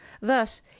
thus